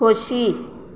खोशी